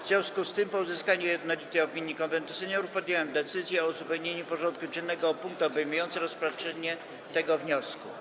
W związku z tym, po uzyskaniu jednolitej opinii Konwentu Seniorów, podjąłem decyzję o uzupełnieniu porządku dziennego o punkt obejmujący rozpatrzenie tego wniosku.